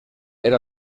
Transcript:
era